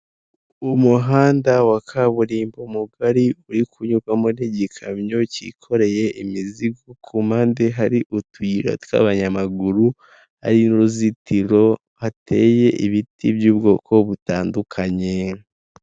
Umuhanda wa kaburimbo mugari uri kunyurwamo gikamyo cyikoreye imizigo ku mpande hari utuyira tw'abanyamaguru ariy'uruzitiro hateye ibiti by'ubwoko butandukanye.